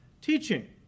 teaching